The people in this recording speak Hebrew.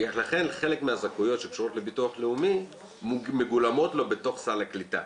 לכן חלק מהזכאויות שקשורות לביטוח לאומי מגולמות לו בתוך סל הקליטה.